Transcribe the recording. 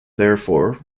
therefore